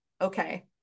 okay